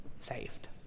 saved